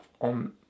on